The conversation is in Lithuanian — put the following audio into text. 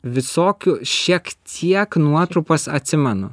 visokių šiek tiek nuotrupas atsimenu